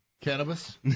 cannabis